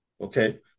Okay